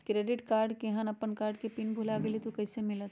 Credit card केहन अपन card के पिन भुला गेलि ह त उ कईसे मिलत?